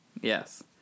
Yes